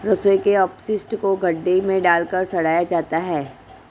रसोई के अपशिष्ट को गड्ढे में डालकर सड़ाया जाता है